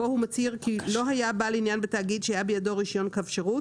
בו הוא מצהיר כי לא היה בעל עניין בתאגיד שהיה בידו רישיון קו שירות,